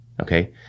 Okay